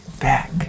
back